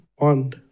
One